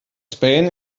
spain